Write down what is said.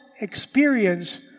experience